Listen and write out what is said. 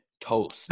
toast